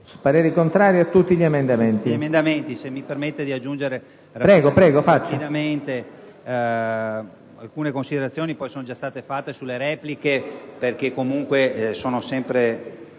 essere contrario a tutti gli emendamenti